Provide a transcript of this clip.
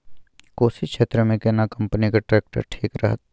कोशी क्षेत्र मे केना कंपनी के ट्रैक्टर ठीक रहत?